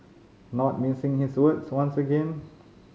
not mincing his words once again